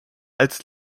als